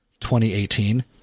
2018